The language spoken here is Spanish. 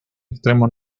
extremo